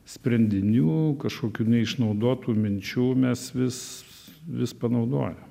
sprendinių kažkokių neišnaudotų minčių mes vis vis panaudojam